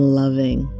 loving